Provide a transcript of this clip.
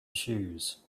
shoes